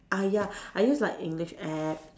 ah ya I use like English app